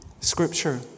Scripture